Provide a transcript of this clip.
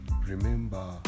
Remember